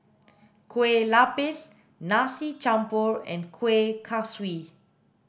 kueh lapis nasi campur and kueh kaswi